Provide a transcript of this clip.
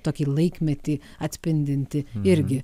tokį laikmetį atspindinti irgi